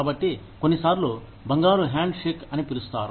కాబట్టి కొన్నిసార్లు బంగారు హ్యాండ్ షేక్ అని పిలుస్తారు